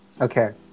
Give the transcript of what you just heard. okay